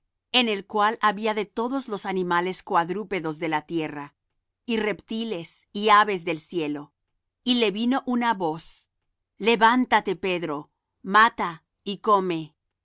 en el cual había de todos los animales cuadrúpedos de la tierra y reptiles y aves del cielo y le vino una voz levántate pedro mata y come